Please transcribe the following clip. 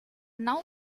now